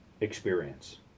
experience